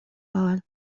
fháil